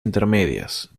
intermedias